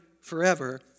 forever